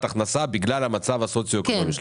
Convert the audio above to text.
הכנסה בגלל המצב הסוציו-אקונומי שלהם,